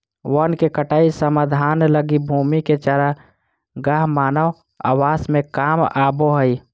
वन के कटाई समाधान लगी भूमि के चरागाह मानव आवास में काम आबो हइ